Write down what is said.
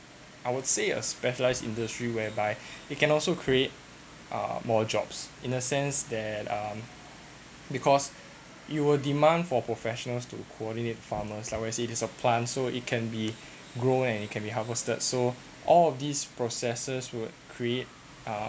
I would say a specialized industry whereby you can also create more jobs in a sense that um because you will demand for professionals to coordinate farmers like whereas it is a plant so it can be grow and it can be harvested so all of these processes would create uh